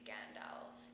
Gandalf